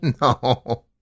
No